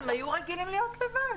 הם היו רגילים להיות לבד.